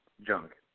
junk